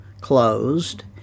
closed